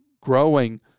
growing